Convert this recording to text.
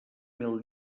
mil